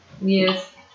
Yes